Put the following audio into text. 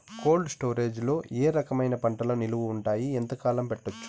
Cold storage లో ఏ రకమైన పంటలు నిలువ ఉంటాయి, ఎంతకాలం పెట్టొచ్చు?